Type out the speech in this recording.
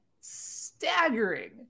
staggering